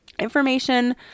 information